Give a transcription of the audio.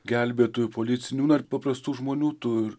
gelbėtojų policininkų na ir paprastų žmonių tų